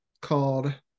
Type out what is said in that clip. called